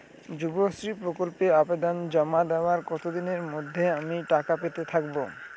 যুবশ্রী প্রকল্পে আবেদন জমা দেওয়ার কতদিনের মধ্যে আমি টাকা পেতে থাকব?